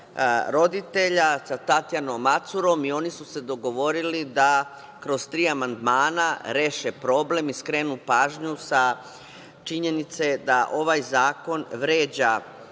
roditelja, sa Tatjanom Macurom i oni su se dogovorili da kroz tri amandmana reše problem i skrenu pažnju sa činjenice da ovaj zakon vređa